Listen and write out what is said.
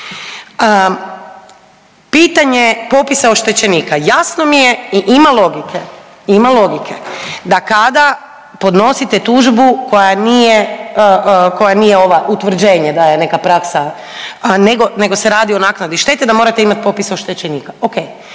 Pitanje popisa oštećenika. Jasno mi je i ima logike, ima logike da kada podnosite tužbu koja nije, koja nije ova utvrđenje, da je neka praksa nego se radi o naknadi štete, da morate imati popis oštećenika,